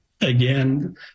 again